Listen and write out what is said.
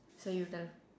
so you tell